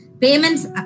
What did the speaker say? payments